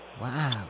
Wow